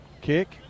Kick